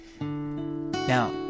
Now